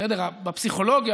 בפסיכולוגיה,